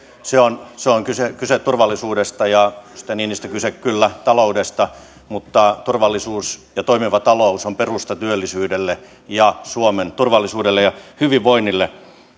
siinä on kyse kyse turvallisuudesta ja edustaja niinistö kyllä taloudesta mutta turvallisuus ja toimiva talous ovat perusta työllisyydelle ja suomen turvallisuudelle ja hyvinvoinnille